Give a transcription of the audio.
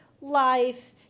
life